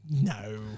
No